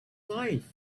life